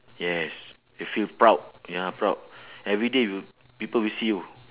yes you feel proud ya proud everyday you people will see you